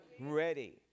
ready